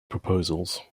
proposals